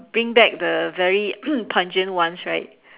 bring back the very pungent ones right